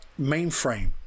mainframe